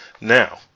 Now